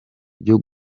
ryo